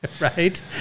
right